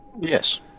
yes